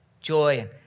joy